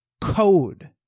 code